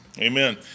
Amen